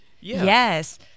yes